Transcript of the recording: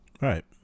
Right